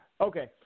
Okay